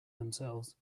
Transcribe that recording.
themselves